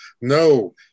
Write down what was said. No